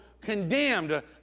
condemned